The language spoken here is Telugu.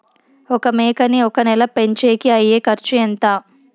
ఒక మేకని ఒక నెల పెంచేకి అయ్యే ఖర్చు ఎంత?